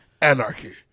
anarchy